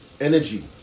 energy